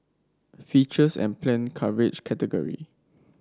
features and planned coverage category